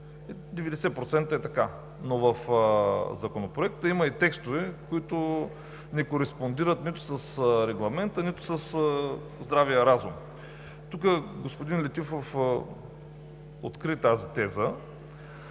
90% е така, но в Законопроекта има и текстове, които не кореспондират с Регламента, нито със здравия разум. Тук господин Летифов откри тази теза.